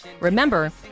Remember